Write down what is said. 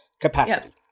capacity